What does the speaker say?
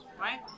right